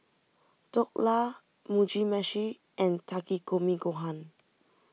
Dhokla Mugi Meshi and Takikomi Gohan